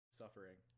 suffering